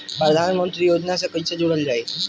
प्रधानमंत्री योजना से कैसे जुड़ल जाइ?